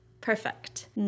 perfect